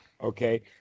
Okay